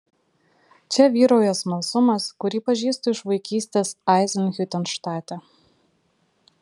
čia vyrauja smalsumas kurį pažįstu iš vaikystės eizenhiutenštate